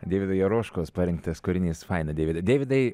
deivido jeroškos parinktas kūrinys faina deividai deividai